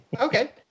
okay